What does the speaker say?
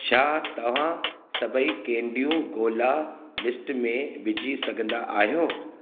छा तव्हां सभेई केंडियूं गोला लिस्ट में विझी सघंदा आहियो